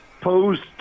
posed